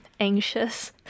anxious